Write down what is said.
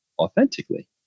authentically